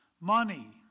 Money